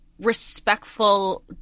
respectful